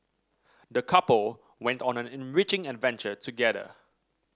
the couple went on an enriching adventure together